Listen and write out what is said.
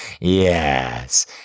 Yes